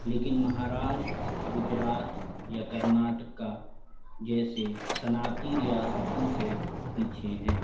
لیکن مہاراشٹر گجرات یا کرناٹک کا جیسے صنعتی ریاستوں سے پیچھے ہیں